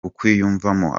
kukwiyumvamo